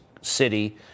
city